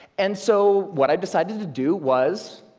and so what i've decided to do was,